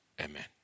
Amen